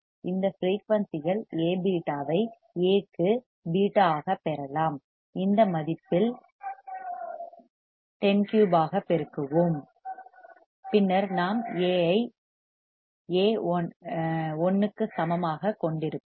இந்த ஃபிரீயூன்சி இல் A β ஐ 1 ஆகப் பெறலாம் இந்த மதிப்பில் 103 ஆகப் பெருக்குவோம் பின்னர் நாம் A β ஐ 1 க்கு சமமாகக் கொண்டிருப்போம்